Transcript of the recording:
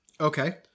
Okay